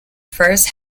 first